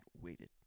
waited